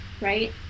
right